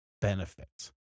benefits